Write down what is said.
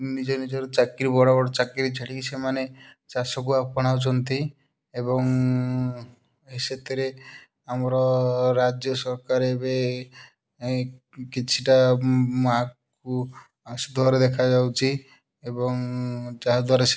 ନିଜେ ନିଜର ଚାକିରି ବଡ଼ ବଡ଼ ଚାକିରି ଛାଡ଼ିକି ସେମାନେ ଚାଷକୁ ଆପଣାଉଛନ୍ତି ଏବଂ ସେଥିରେ ଆମର ରାଜ୍ୟ ସରକାର ଏବେ ଏଇ କିଛିଟା ଆସୁଥିବାର ଦେଖାଯାଉଛି ଏବଂ ଯାହା ଦ୍ଵାରା